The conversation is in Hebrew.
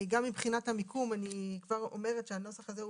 גם מבחינת המיקום אני כבר אומרת שהנוסח הזה,